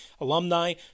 alumni